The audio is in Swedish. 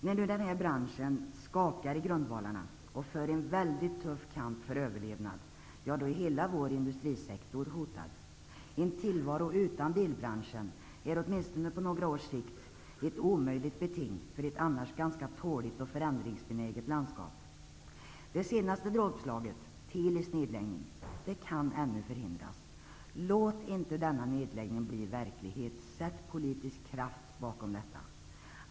När nu denna bransch skakar i grundvalarna och för en väldigt tuff kamp för överlevnad är hela vår industrisektor hotad. En tillvaro utan bilbranschen är, åtminstone på några års sikt, ett omöjligt beting för ett annars ganska tåligt och förändringsbenäget landskap. Det senaste dråpslaget är Telis nedläggning. Den kan ännu förhindras. Låt inte denna nedläggning bli verklighet! Sätt politisk kraft bakom denna önskan!